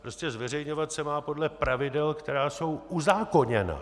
Prostě zveřejňovat se má podle pravidel, která jsou uzákoněna.